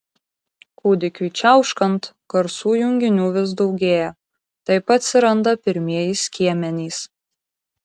kūdikiui čiauškant garsų junginių vis daugėja taip atsiranda pirmieji skiemenys